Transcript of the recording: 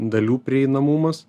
dalių prieinamumas